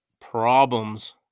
problems